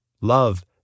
Love